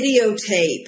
videotape